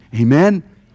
Amen